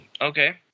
okay